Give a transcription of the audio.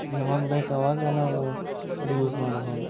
ಯಾವಾಗ ಬೇಕು ಆವಾಗ ನಾವು ಅದು ಯೂಸ್ ಮಾಡ್ಬೋದು